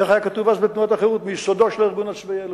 איך היה כתוב אז בתנועת החרות: מיסודו של הארגון הצבאי הלאומי.